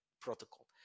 protocol